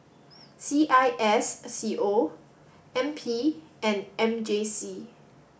C I S C O N P and M J C